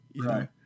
Right